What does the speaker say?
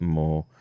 more